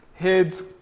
heads